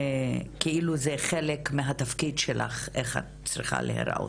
כאילו זה חלק מהתפקיד שלך איך את צריכה להיראות.